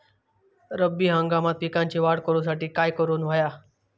रब्बी हंगामात पिकांची वाढ करूसाठी काय करून हव्या?